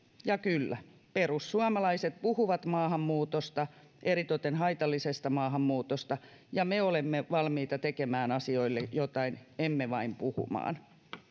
ja kyllä perussuomalaiset puhuvat maahanmuutosta eritoten haitallisesta maahanmuutosta ja me olemme valmiita tekemään asioille jotain emme vain puhumaan